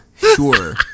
sure